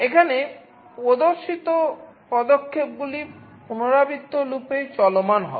এখানে প্রদর্শিত পদক্ষেপগুলি পুনরাবৃত্ত লুপে চলমান হবে